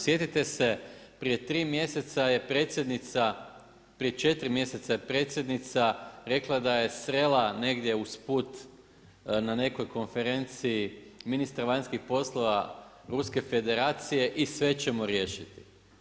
Sjetite se prije 3 mjeseca je predsjednica, prije 4 je mjeseca je predsjednica rekla da je srela negdje usput na nekoj konferenciji ministra vanjskih poslova Ruske federacije i sve ćemo riješiti.